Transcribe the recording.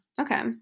Okay